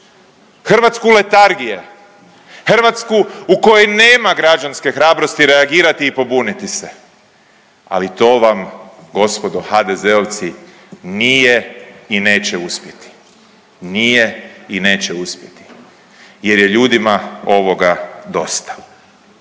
Hrvatsku letargije, Hrvatsku u kojoj nema građanske hrabrosti reagirati i pobuniti se. Ali to vam gospodo HDZ-ovci nije i neće uspjeti, nije i neće uspjeti jer je ljudima ovoga dosta!